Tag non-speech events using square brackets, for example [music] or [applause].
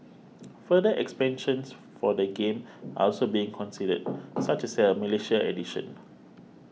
[noise] future expansions for the game are also being considered such as a Malaysian edition